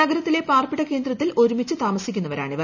നഗരത്തിലെ പാർപ്പിട കേന്ദ്രത്തിൽ ് ഒരുമിച്ചു താമസിക്കുന്നവരാണ് ഇവർ